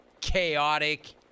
chaotic